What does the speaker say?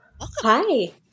Hi